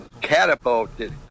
catapulted